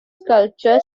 sculpture